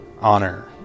honor